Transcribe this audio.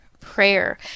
prayer